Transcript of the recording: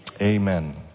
Amen